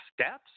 steps